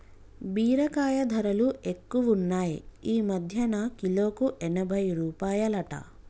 బీరకాయ ధరలు ఎక్కువున్నాయ్ ఈ మధ్యన కిలోకు ఎనభై రూపాయలట